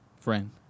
friend